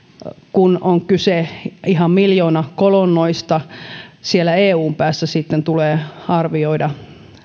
kun on kyse ihan miljoonakolonnista eun päässä tulee sitten arvioida